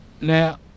Now